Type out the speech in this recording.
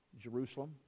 Jerusalem